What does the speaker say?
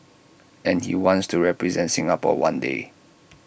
and he wants to represent Singapore one day